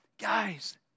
Guys